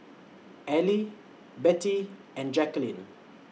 Ally Bettie and Jacquelin